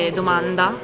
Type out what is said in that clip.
domanda